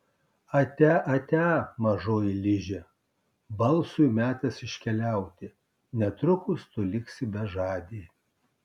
atia atia mažoji liže balsui metas iškeliauti netrukus tu liksi bežadė